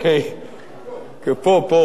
הוא פה.